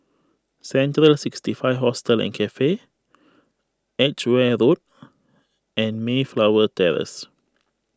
Central sixty five Hostel and Cafe Edgeware Road and Mayflower Terrace